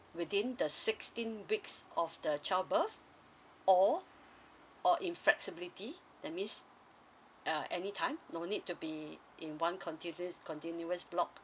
within the sixteen weeks of the child birth or or in flexibility that means uh any time no need to be in one continuous continuous block